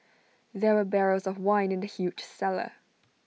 there were barrels of wine in the huge cellar